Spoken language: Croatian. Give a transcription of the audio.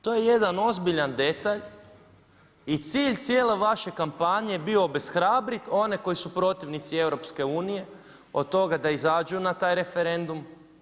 To je jedan ozbiljan detalj i cilj cijele vaše kampanje je bio obeshrabriti one koju su protivnici EU-a, od toga da izađu na taj referendum.